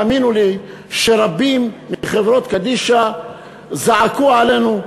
והאמינו לי שרבים מחברות הקדישא זעקו עלינו,